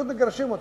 פשוט מגרשים אותם.